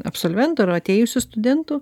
absolventų ar atėjusių studentų